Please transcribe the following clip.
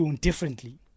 differently